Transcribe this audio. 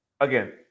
again